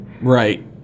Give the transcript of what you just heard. Right